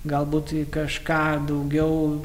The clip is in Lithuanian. galbūt kažką daugiau